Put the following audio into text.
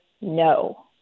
no